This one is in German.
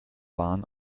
waren